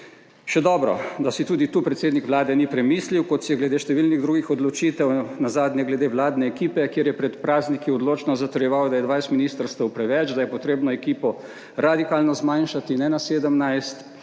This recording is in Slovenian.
Še dobro, da si tudi tu predsednik Vlade ni premislil kot si je glede številnih drugih odločitev. Nazadnje glede vladne ekipe, kjer je pred prazniki odločno zatrjeval, da je 20 ministrstev preveč, da je potrebno ekipo radikalno zmanjšati ne na 17,